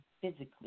physically